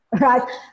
right